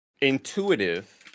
intuitive